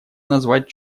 назвать